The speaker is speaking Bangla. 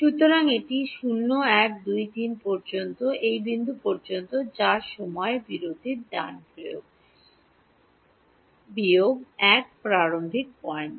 সুতরাং এটি 0 1 2 3 পর্যন্ত এই বিন্দু পর্যন্ত যা সময় বিরতির ডান বিয়োগ 1 প্রারম্ভিক পয়েন্ট